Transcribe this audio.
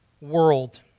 world